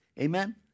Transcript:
Amen